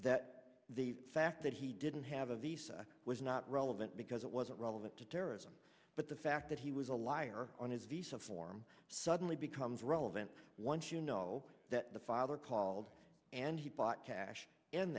that the fact that he didn't have a visa was not relevant because it wasn't relevant to terrorism but the fact that he was a liar on his visa form suddenly becomes relevant once you know that the father called and he bought cash